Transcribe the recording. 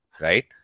right